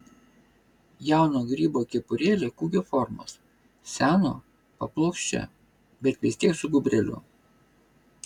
jauno grybo kepurėlė kūgio formos seno paplokščia bet vis tiek su gūbreliu